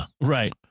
right